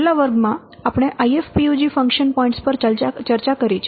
છેલ્લા વર્ગમાં આપણે IFPUG ફંકશન પોઇન્ટ્સ પર ચર્ચા કરી છે